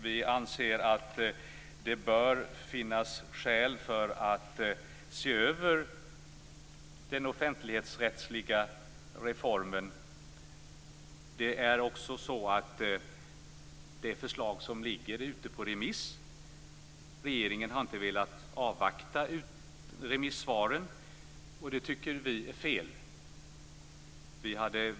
Vi anser att det bör finnas skäl att se över den offentlighetsrättsliga reformen. Regeringen har inte velat avvakta svaren på det förslag som nu är ute på remiss. Det tycker vi är fel.